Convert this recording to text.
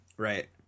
Right